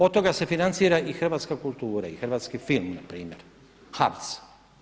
Od toga se financira i hrvatska kultura i hrvatski film npr. HAVC.